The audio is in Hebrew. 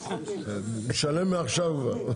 אשלם מעכשיו כבר.